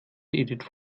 edith